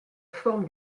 forme